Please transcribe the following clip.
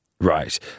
Right